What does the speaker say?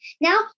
now